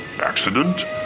accident